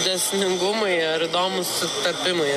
dėsningumai ar įdomūs sutapimai